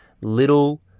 little